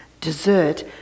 dessert